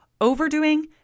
Overdoing